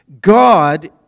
God